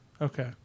Okay